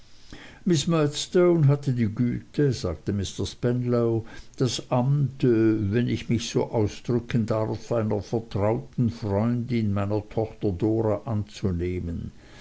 miß murdstone hatte die güte sagte mr spenlow das amt wenn ich mich so ausdrücken darf einer vertrauten freundin meiner tochter dora anzunehmen